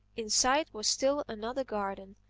inside was still another garden.